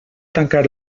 tancar